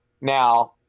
Now